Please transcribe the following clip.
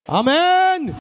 amen